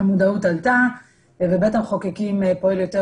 המודעות עלתה ובית המחוקקים פועל יותר